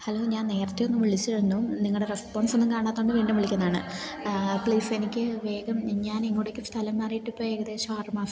hello ഞാൻ നേരത്തെ ഒന്ന് വിളിച്ചിരുന്നു നിങ്ങളുടെ റെസ്പോൺസ് ഒന്നും കാണാത്തത് കൊണ്ട് വീണ്ടും വിളിക്കുന്നതാണ് പ്ലീസ് എനിക്ക് വേഗം ഞാൻ ഇങ്ങോട്ടേക്ക് സ്ഥലം മാറിയിട്ടിപ്പോൾ ഏകദേശം ആറ് മാസം